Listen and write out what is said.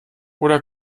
oder